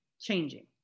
changing